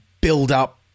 build-up